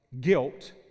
guilt